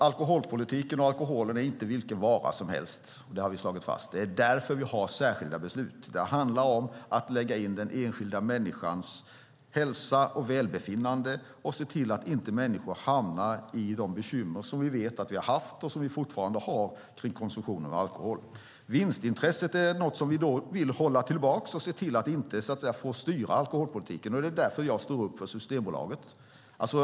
Herr talman! Alkohol är inte vilken vara som helst. Det har vi slagit fast. Det är därför som vi har fattat särskilda beslut. Det handlar om att se till den enskilda människans hälsa och välbefinnande och att se till att människor inte hamnar i de bekymmer som vi vet att vi har haft och fortfarande har kring konsumtionen av alkohol. Vinstintresset är något som vi vill hålla tillbaka och se till att det så att säga inte får styra alkoholpolitiken. Det är därför som jag står upp för Systembolaget.